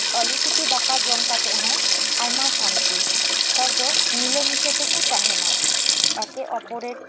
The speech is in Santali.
ᱟᱞᱩ ᱥᱤᱯᱤ ᱫᱟᱠᱟ ᱡᱚᱢ ᱠᱟᱛᱮᱜ ᱦᱚᱸ ᱟᱭᱢᱟ ᱥᱟᱱᱛᱤ ᱦᱚᱲ ᱫᱚ ᱢᱤᱞᱮ ᱢᱤᱥᱮ ᱛᱮᱠᱚ ᱛᱟᱦᱮᱸᱱᱟ ᱮᱠᱮ ᱚᱯᱚᱨᱮᱨ